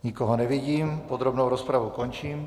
Nikoho nevidím, podrobnou rozpravu končím.